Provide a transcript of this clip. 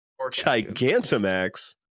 Gigantamax